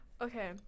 okay